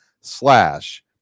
slash